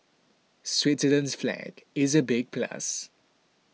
Switzerland's flag is a big plus